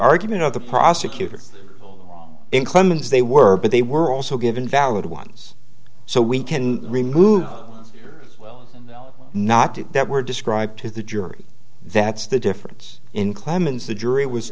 argument of the prosecutor in clemens they were but they were also given valid ones so we can remove her not to that were described to the jury that's the difference in clemens the jury was